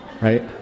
right